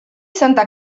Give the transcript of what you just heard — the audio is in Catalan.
santa